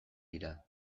dira